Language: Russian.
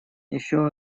еще